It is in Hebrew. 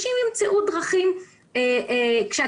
כלומר,